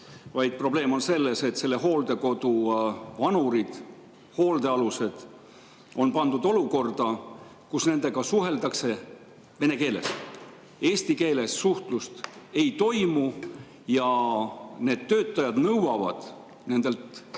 vaid probleem on selles, et selle hooldekodu vanurid, hoolealused, on pandud olukorda, kus nendega suheldakse vene keeles. Eesti keeles suhtlust ei toimu ja need töötajad nõuavad nendelt